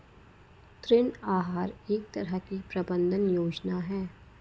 ऋण आहार एक तरह की प्रबन्धन योजना है